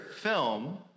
film